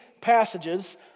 passages